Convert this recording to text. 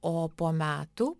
o po metų